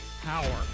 Power